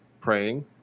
praying